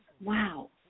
wow